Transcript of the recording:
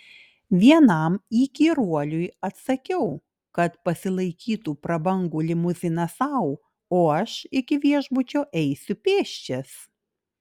vienam įkyruoliui atsakiau kad pasilaikytų prabangų limuziną sau o aš iki viešbučio eisiu pėsčias